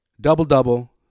Double-double